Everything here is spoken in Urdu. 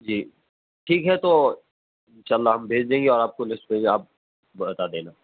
جی ٹھیک ہے تو ان شاء اللہ ہم بھیج دیں گے اور آپ کو لیسٹ میں بھی آپ بتا دینا